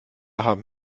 haben